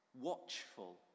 watchful